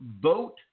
vote